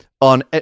on